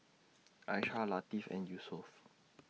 Aishah Latif and Yusuf